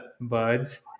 birds